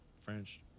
French